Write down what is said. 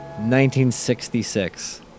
1966